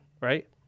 Right